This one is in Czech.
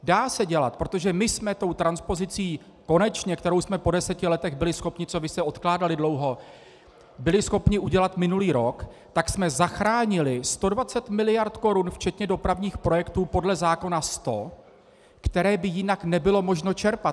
Dá se dělat, protože my jsme tou transpozicí konečně, kterou jsme po deseti letech byli schopni, co vy jste odkládali dlouho, byli schopni udělat minulý rok, tak jsme zachránili 120 miliard korun, včetně dopravních projektů podle zákona 100, které by jinak nebylo možno čerpat.